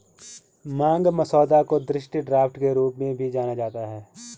मांग मसौदा को दृष्टि ड्राफ्ट के रूप में भी जाना जाता है